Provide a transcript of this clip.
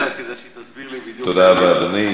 אתה כדי שהיא תסביר לי בדיוק, תודה רבה, אדוני.